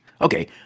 Okay